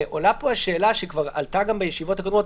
ועולה פה השאלה שכבר עלתה גם בישיבות הקודמות,